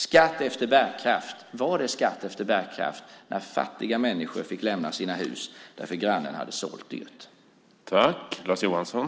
Var det skatt efter bärkraft när fattiga människor fick lämna sina hus därför att grannen hade sålt dyrt?